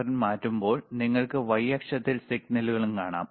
അവൻ മാറ്റുമ്പോൾ നിങ്ങൾക്ക് y അക്ഷത്തിൽ സിഗ്നലും കാണാം